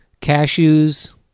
cashews